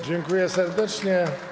Dziękuję serdecznie.